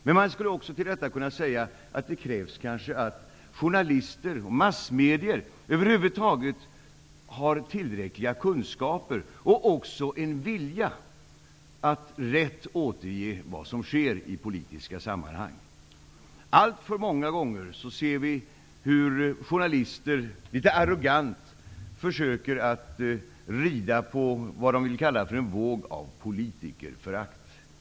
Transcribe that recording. Men man skulle också kunna säga att det kanske krävs att journalister och massmedia över huvud taget har tillräckliga kunskaper och en vilja att rätt återge vad som sker i politiska sammanhang. Alltför många gånger ser vi hur journalister litet arrogant försöker rida på vad de vill kalla för en våg av politikerförakt.